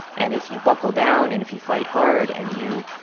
and if you buckle down and if you fight hard and you